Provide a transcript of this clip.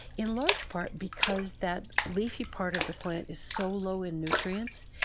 in large part because that leafy part of the plant is so low in nutrients.